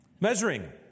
Measuring